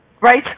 right